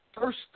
first